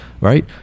right